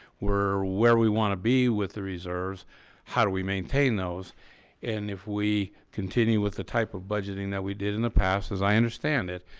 we're where we want to be with the reserves how do we maintain those and if we continue with the type of budgeting that we did in the past as i understand it?